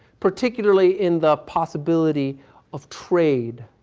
particularly in the possibility of trade